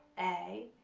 a,